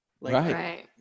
Right